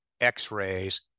x-rays